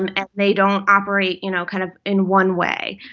um and they don't operate, you know, kind of in one way.